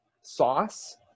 sauce